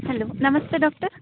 hello namaste doctor